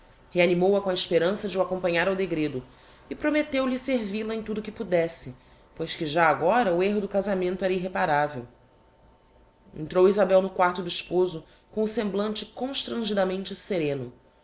reanimou a com a esperança de o acompanhar ao degredo e prometteu lhe servil a em tudo que podesse pois que já agora o erro do casamento era irreparavel entrou isabel no quarto do esposo com o semblante constrangidamente sereno